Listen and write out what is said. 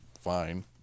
fine